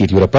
Yediyurappa